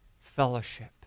fellowship